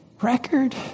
Record